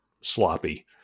sloppy